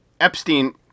Epstein